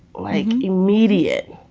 like immediate